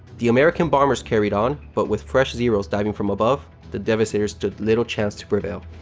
the american bombers carried on, but with fresh zeros diving from above, the devastator stood little chance to prevail.